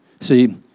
See